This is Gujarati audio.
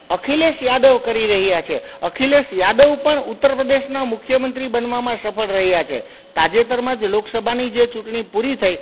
અખિલેશ યાદવ કરી રહ્યા છે અખિલેશ યાદવ પણ ઉત્તર પ્રદેશના મુખ્ય મંત્રી બનવામાં સફળ રહ્યા છે તાજેતરમાં જ લોકસભાની જે ચૂંટણી પૂરી થઈ